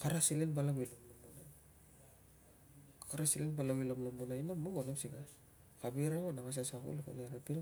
Kara selen palau i lomlomonai, kara selen palau i lomlomonai ko nap si ka sasakol ani ri vil.